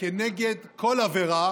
כנגד כל עבירה